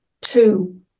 two